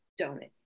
donut